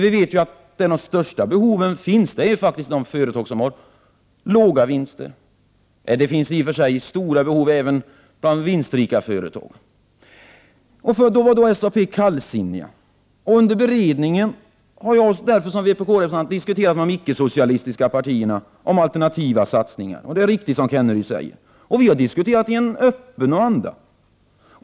Vi vet ju att de största behoven finns i de företag som har låga vinster. Det finns i och för sig stora behov även bland vinstrika företag. Först var SAP kallsinnigt till denna idé. Under beredningen har jag som vpk-representant därför diskuterat med de icke-socialistiska partierna om alternativa satsningar. Det är riktigt som Rolf Kenneryd säger. Vi har diskuterat i en öppen anda.